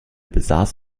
besaß